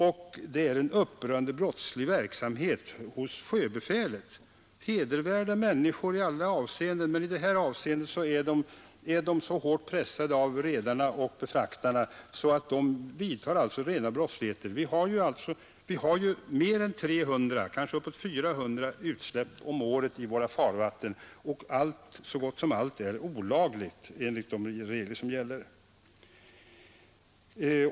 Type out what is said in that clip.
Det är fråga om en upprörande brottslig verksamhet hos sjöbefälet — hedervärda människor i alla andra avseenden, men i detta avseende är de så hårt pressade av redarna och befraktarna att de begår rena brottsligheter. Vi har mer än 300, kanske uppåt 400 utsläpp om året i våra farvatten, och så gott som alla är olagliga enligt de regler som gäller.